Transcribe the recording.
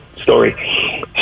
story